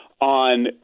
on